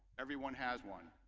everyone has one.